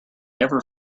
ever